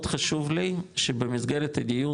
מאוד חשוב לי שבמסגרת הדיון,